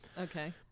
Okay